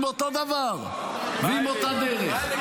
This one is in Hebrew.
-- עם אותו דבר ועם אותה דרך.